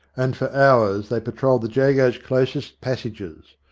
and for hours they patrolled the jago's closest passages.